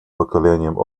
поколением